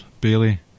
Bailey